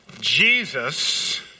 Jesus